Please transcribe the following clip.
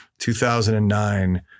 2009